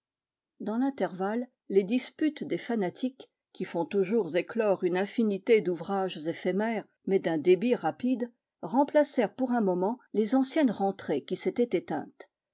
dans l'intervalle les disputes des fanatiques qui font toujours éclore une infinité d'ouvrages éphémères mais d'un débit rapide remplacèrent pour un moment les anciennes rentrées qui s'étaient éteintes